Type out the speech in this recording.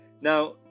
Now